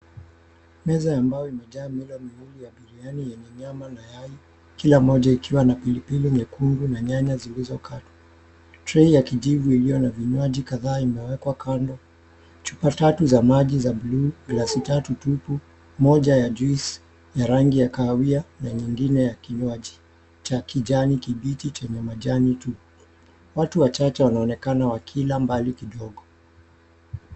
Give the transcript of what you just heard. Meza ya mbao imejaa milo miwili ya biriani kila yenye nyama na yai kila moja ikiwa na pilipili nyekundu na nyanya zilizokatwa. Tray ya kijivu iliyo na vinywaji kadhaa imewekwa kando chupa tatu za maji za bluu, glasi tatu tupu, moja ya juice ya rangi ya kahawia na nyingine ya kinywaji cha kijani kibichi chenye majani. Watu wachache wanaonekana wakila mbali kidogo.